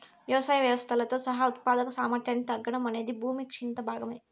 వ్యవసాయ వ్యవస్థలతో సహా ఉత్పాదక సామర్థ్యాన్ని తగ్గడం అనేది భూమి క్షీణత భాగమే